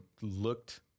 looked